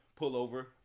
pullover